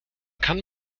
kann